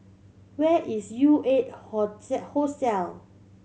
where is U Eight Hostel